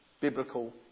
biblical